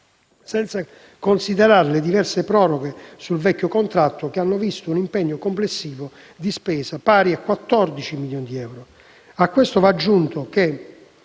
senza considerare le diverse proroghe sul vecchio contratto, che hanno visto un impegno complessivo di spesa pari a 14 milioni di euro.